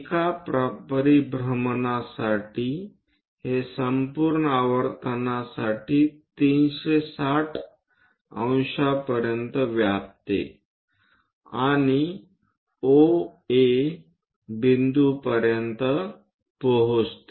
एका परिभ्रमणासाठी हे संपूर्ण आवर्तनसाठी 360° पर्यंत व्यापते आणि OA बिंदूपर्यंत पोहोचते